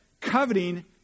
coveting